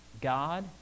God